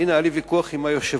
הנה היה לי ויכוח עם היושב-ראש